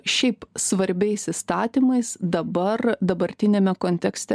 šiaip svarbiais įstatymais dabar dabartiniame kontekste